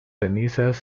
cenizas